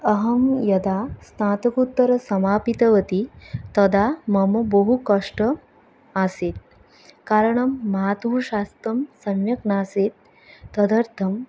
अहं यदा स्नातकोत्तरं समापितवती तदा मम बहुकष्टम् आसीत् कारणं मातुः स्वास्थ्यं सम्यक् नासीत् तदर्थं